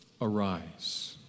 arise